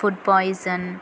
food poison